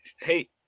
Hey